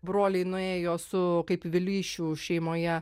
broliai nuėjo su kaip vileišių šeimoje